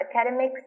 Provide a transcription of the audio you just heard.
academics